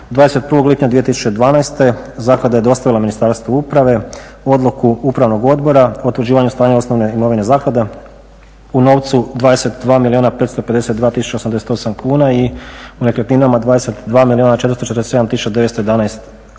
21. lipnja 2012. zaklada je dostavila Ministarstvu uprave Odluku upravnog odbora o utvrđivanju stanja osnovne imovine zaklade u novcu 22 milijuna 552 tisuće 88 kuna i u nekretninama 22 milijuna